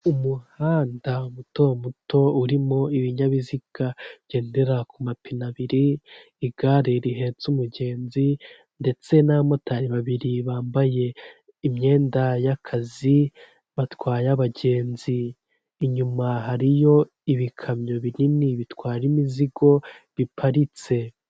Umuhanda muto muto urimo ibinyabiziga bigendera ku mapine abiri, igare rihetse umugenzi, ndetse n'abamotari babiri bambaye imyenda y'akazi batwaye abagenzi, inyuma hariyo ibikamyo binini bitwara imizigo biparitse.